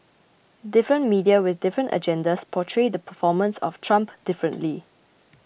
different media with different agendas portray the performance of Trump differently